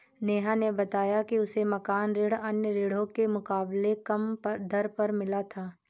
नेहा ने बताया कि उसे मकान ऋण अन्य ऋणों के मुकाबले कम दर पर मिला था